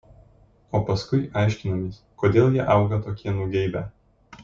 o paskui aiškinamės kodėl jie auga tokie nugeibę